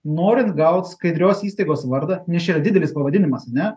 norint gaut skaidrios įstaigos vardą nes čia yra didelis pavadinimas ane